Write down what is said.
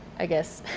i guess